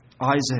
Isaac